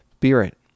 spirit